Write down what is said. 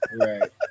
right